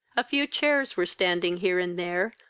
a few chairs were standing here and there,